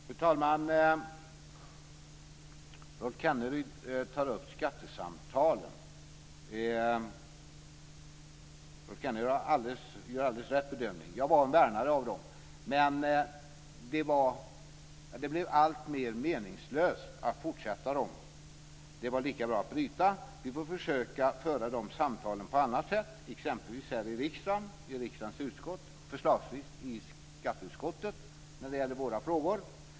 Fru talman! Rolf Kenneryd tar upp skattesamtalen. Rolf Kenneryd gör en alldeles riktig bedömning, att jag var en värnare av dem. Men det blev alltmer meningslöst att fortsätta dem. Det var lika bra att bryta. Vi får försöka att föra samtalen på annat sätt, exempelvis här i riksdagen, förslagsvis i skatteutskottet när det gäller våra frågor.